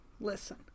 Listen